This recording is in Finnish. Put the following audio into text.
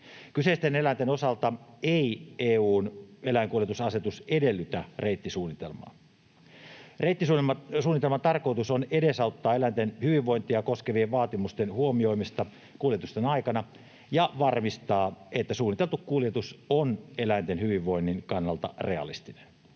Kyseisten eläinten osalta EU:n eläinkuljetusasetus ei edellytä reittisuunnitelmaa. Reittisuunnitelman tarkoitus on edesauttaa eläinten hyvinvointia koskevien vaatimusten huomioimista kuljetusten aikana ja varmistaa, että suunniteltu kuljetus on eläinten hyvinvoinnin kannalta realistinen.